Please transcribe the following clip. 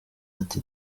ati